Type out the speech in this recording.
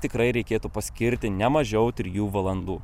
tikrai reikėtų paskirti ne mažiau trijų valandų